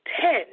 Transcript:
ten